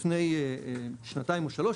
לפני שנתיים או שלוש,